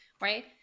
right